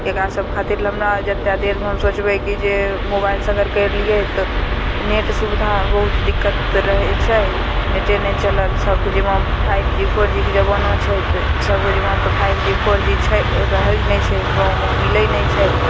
एकरासब खातिर ले हमरा जतेक देरमे हम सोचबै कि जे मोबाइलसे अगर करि लिए तऽ नेट सुविधा बहुत दिक्कत रहै छै नेटे नहि चलल सभके जिम्मामे फाइव जी फोर जी के जमाना छै तऽ सभके जिम्मामे तऽ फाइव जी फोर जी छै रहै नहि छै गाममे मिलै नहि छै